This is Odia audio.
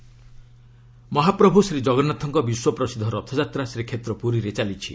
ରଥଯାତ୍ରା ପୁରୀ ମହାପ୍ରଭୁ ଶ୍ରୀଜଗନ୍ନାଥଙ୍କ ବିଶ୍ୱପ୍ରସିଦ୍ଧ ରଥାଯାତ୍ରା ଶ୍ରୀକ୍ଷେତ୍ର ପୁରୀରେ ଚାଲିଛି